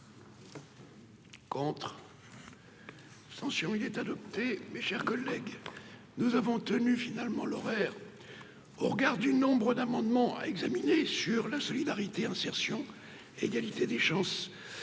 Attention, il est adopté, mes chers collègues, nous avons tenu finalement l'horaire au regard du nombre d'amendements à examiner sur la Solidarité, insertion, égalité des chances